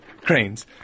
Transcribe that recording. cranes